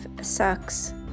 sucks